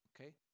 Okay